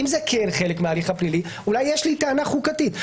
אם זה כן חלק מההליך הפלילי אולי יש לי טענה חוקתית.